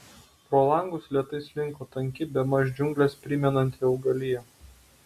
pro langus lėtai slinko tanki bemaž džiungles primenanti augalija